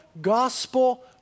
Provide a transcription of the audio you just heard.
gospel